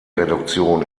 reduktion